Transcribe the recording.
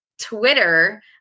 Twitter